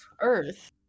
Earth